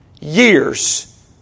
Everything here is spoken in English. years